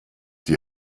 die